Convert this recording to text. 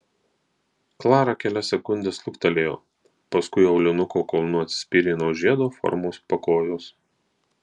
klara kelias sekundes luktelėjo paskui aulinuko kulnu atsispyrė nuo žiedo formos pakojos